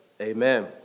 Amen